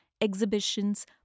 exhibitions